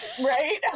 Right